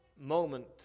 moment